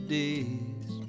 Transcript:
days